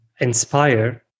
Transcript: inspire